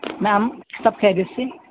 میم سب خیریت سے